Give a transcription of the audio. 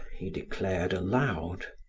he declared aloud.